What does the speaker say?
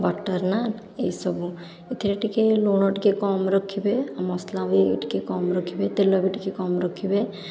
butter naan ଏହିସବୁ ଏଥିରେ ଟିକିଏ ଲୁଣ ଟିକିଏ କମ ରଖିବେ ଆଉ ମସଲା ବି ଟିକିଏ କମ ରଖିବେ ତେଲ ବି ଟିକିଏ କମ ରଖିବେ